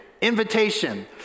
invitation